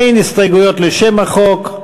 אין הסתייגויות לשם החוק,